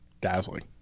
Dazzling